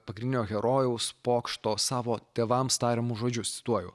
pagrindinio herojaus pokšto savo tėvams tariamus žodžius cituoju